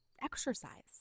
exercise